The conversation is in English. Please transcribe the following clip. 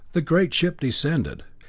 the great ship descended.